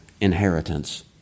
inheritance